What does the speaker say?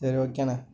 சரி ஓகேண்ணே